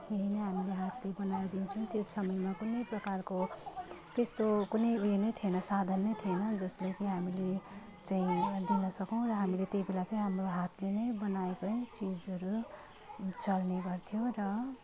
यही नै हामीले हातले बनाएर दिन्छौँ त्यो समयमा कुनै प्रकारको त्यस्तो कुनै उयो नै थिएन साधनै थिएन जसले कि हामीले चाहिँ एउटा दिनसकूँ र हामी त्यही भएर हाम्रो हातले नै बनाएकै चिजहरू चल्ने गर्थ्यो र